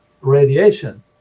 radiation